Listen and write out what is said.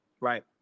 Right